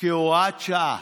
כהוראת שעה